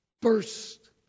burst